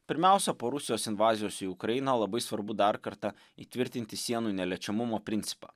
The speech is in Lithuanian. pirmiausia po rusijos invazijos į ukrainą labai svarbu dar kartą įtvirtinti sienų neliečiamumo principą